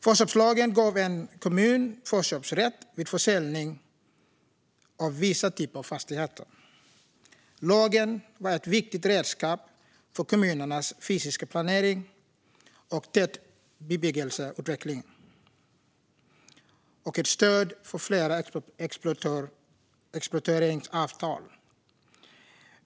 Förköpslagen gav en kommun förköpsrätt vid försäljning av vissa typer av fastigheter. Lagen var ett viktigt redskap för kommunernas fysiska planering och tätbebyggelseutveckling och ett stöd för fler exploateringsavtal.